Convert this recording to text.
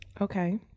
Okay